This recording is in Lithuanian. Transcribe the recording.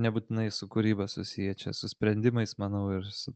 nebūtinai su kūryba susiję čia su sprendimais manau ir su